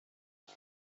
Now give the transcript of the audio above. too